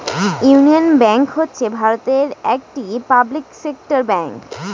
union Bank হচ্ছে ভারতের একটি পাবলিক সেক্টর ব্যাঙ্ক